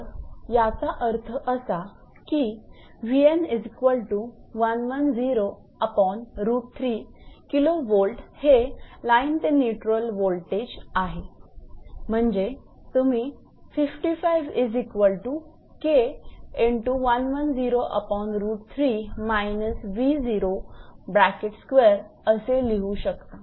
तर याचा अर्थ असा की हे लाईन ते न्यूट्रल वोल्टेज आहे म्हणजे तुम्ही असे लिहू शकता